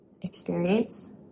experience